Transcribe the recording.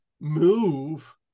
move